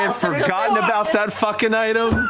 um forgotten about that fucking item.